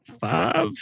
five